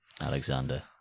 Alexander